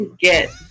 get